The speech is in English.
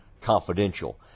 confidential